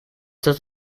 dat